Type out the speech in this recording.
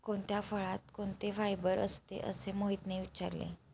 कोणत्या फळात कोणते फायबर असते? असे मोहितने विचारले